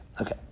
Okay